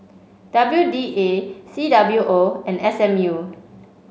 W D A C W O and S M U